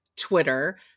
Twitter